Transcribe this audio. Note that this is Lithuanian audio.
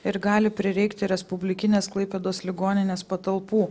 ir gali prireikti respublikinės klaipėdos ligoninės patalpų